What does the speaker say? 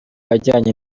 ajyanye